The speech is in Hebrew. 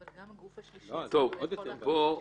גם הגוף השלישי לא יכול להחליף את שיקול דעתו.